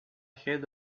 had